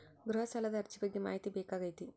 ಗೃಹ ಸಾಲದ ಅರ್ಜಿ ಬಗ್ಗೆ ಮಾಹಿತಿ ಬೇಕಾಗೈತಿ?